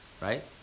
right